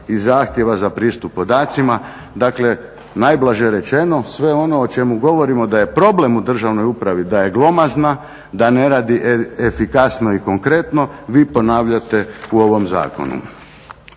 i zahtjeva za pristup podacima, dakle, najblaže rečeno, sve ono o čemu govorimo da je problem u državnoj upravi, da je glomazna, da ne radi efikasno i konkretno, vi ponavljate u ovom zakonu.